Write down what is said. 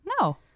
No